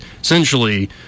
essentially